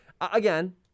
Again